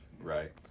Right